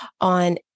on